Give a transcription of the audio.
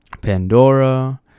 Pandora